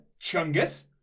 Chungus